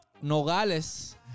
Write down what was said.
Nogales